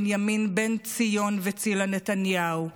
בנימין בן בנציון וצילה נתניהו,